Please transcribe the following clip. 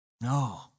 No